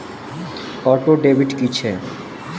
Auto debit की छैक?